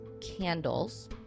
candles